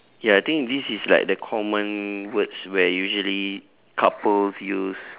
ya I think this is like the common words where usually couples use